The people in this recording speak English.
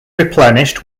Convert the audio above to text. replenished